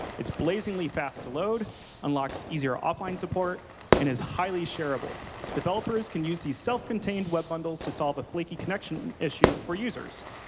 it's blazingly fast to load, unlocks easier offline and is highly shareable. developers can use these self-contained web bundles to solve a flaky connection issue for users.